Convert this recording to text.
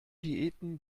diäten